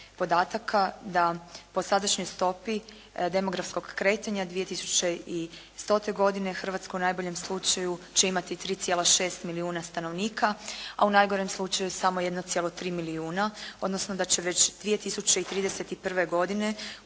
podataka da po sadašnjoj stopi demografskog kretanja 2100. godine Hrvatska u najboljem slučaju će imati 3,6 milijuna stanovnika, a u najgorem slučaju samo 1,3 milijuna, odnosno da će već 2031. godine